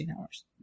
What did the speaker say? hours